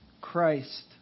Christ